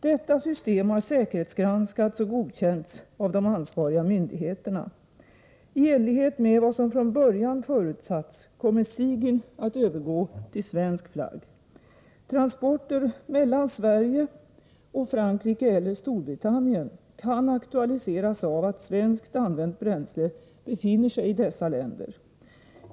Detta system har säkerhetsgranskats och godkänts av de ansvariga myndigheterna. I enlighet med vad som från början förutsatts kommer Sigyn att övergå till svensk flagg. Transporter mellan Sverige och Frankrike eller Storbritannien kan aktualiseras av att svenskt använt bränsle befinner sig i dessa länder.